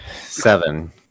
Seven